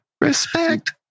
respect